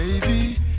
baby